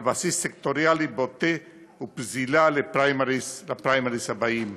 על בסיס סקטוריאלי בוטה ופזילה לפריימריז הבאים.